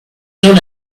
soon